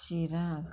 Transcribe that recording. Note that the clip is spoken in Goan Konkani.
शिरांक